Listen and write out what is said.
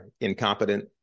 incompetent